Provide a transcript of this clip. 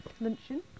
luncheon